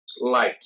light